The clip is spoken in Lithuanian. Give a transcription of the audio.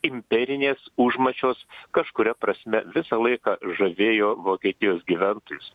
imperinės užmačios kažkuria prasme visą laiką žavėjo vokietijos gyventojus